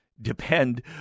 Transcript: depend